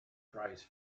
price